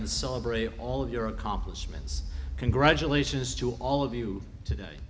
and celebrate all of your accomplishments congratulations to all of you today